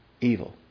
evil